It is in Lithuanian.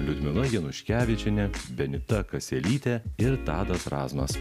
liudmila januškevičienė benita kaselytė ir tadas razmas